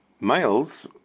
males